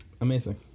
Amazing